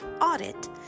audit